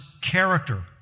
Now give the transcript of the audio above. character